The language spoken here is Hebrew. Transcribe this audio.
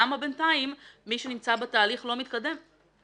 למה בינתיים מי שנמצא בתהליך לא מתקדם?